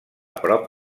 prop